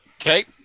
Okay